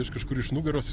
iš kažkur iš nugaros